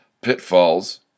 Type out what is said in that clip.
pitfalls